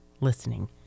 listening